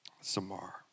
Samar